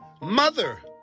Mother